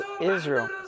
Israel